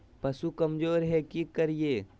पशु कमज़ोर है कि करिये?